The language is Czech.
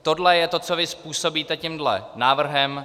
Tohle je to, co vy způsobíte tímto návrhem.